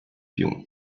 più